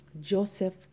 Joseph